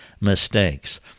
mistakes